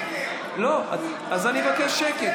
לא, אז אני מבקש שקט.